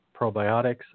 probiotics